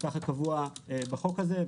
כך קבוע בחוק הזה.